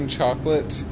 chocolate